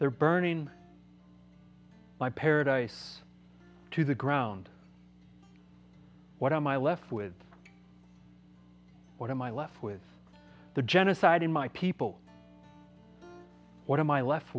there burning my paradise to the ground what am i left with what am i left with the genocide in my people what am i left